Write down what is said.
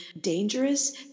dangerous